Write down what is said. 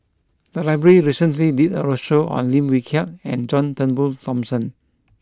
the library recently did a roadshow on Lim Wee Kiak and John Turnbull Thomson